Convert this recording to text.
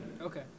Okay